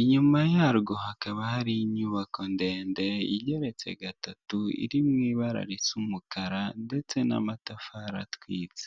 inyuma yarwo hakaba hari inyubako ndende igeretse gatatu iri mu ibara risa umukara ndetse n'amatafari atwitse.